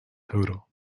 total